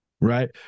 right